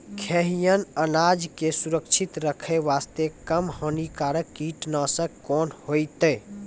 खैहियन अनाज के सुरक्षित रखे बास्ते, कम हानिकर कीटनासक कोंन होइतै?